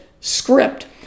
script